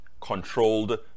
controlled